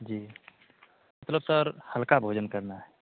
जी मतलब सर हल्का भोजन करना है